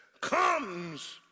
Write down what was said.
comes